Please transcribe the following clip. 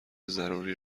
ضروری